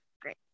Great